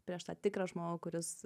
prieš tą tikrą žmogų kuris